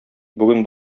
бүген